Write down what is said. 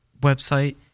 website